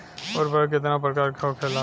उर्वरक कितना प्रकार के होखेला?